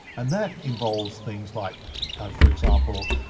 and that involves things like ah for example,